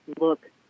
look